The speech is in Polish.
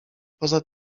poza